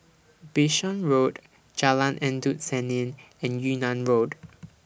Bishan Road Jalan Endut Senin and Yunnan Road